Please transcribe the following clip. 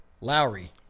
Lowry